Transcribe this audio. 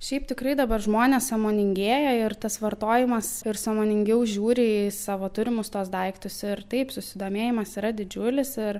šiaip tikrai dabar žmonės sąmoningėja ir tas vartojimas ir sąmoningiau žiūri į savo turimus tuos daiktus ir taip susidomėjimas yra didžiulis ir